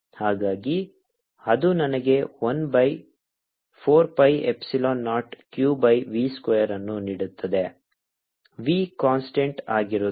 ಹಾಗಾಗಿ ಅದು ನನಗೆ 1 by 4 pi epsilon naught q by v square ಅನ್ನು ನೀಡುತ್ತದೆ v ಕಾನ್ಸ್ಟಂಟ್ ಆಗಿರುತ್ತದೆ